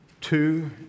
Two